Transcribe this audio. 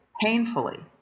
painfully